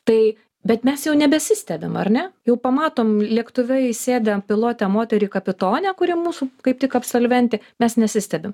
tai bet mes jau nebesistebim ar ne jau pamatom lėktuve įsėdę pilotę moterį kapitonę kuri mūsų kaip tik absolventė mes nesistebim